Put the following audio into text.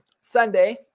Sunday